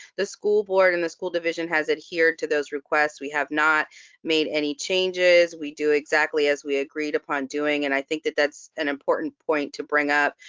the school board and the school division has adhered to those requests. we have not made any changes, we do exactly as we agreed upon doing. and i think that that's an important point to bring up,